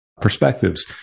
perspectives